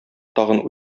тагын